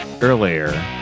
earlier